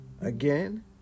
Again